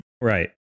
right